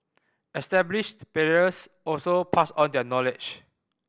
established players also pass on their knowledge